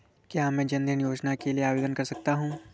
क्या मैं जन धन योजना के लिए आवेदन कर सकता हूँ?